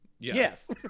Yes